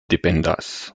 dependas